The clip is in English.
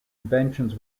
inventions